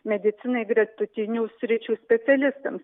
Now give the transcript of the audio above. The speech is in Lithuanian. medicinai gretutinių sričių specialistams